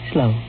Slow